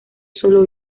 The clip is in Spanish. sólo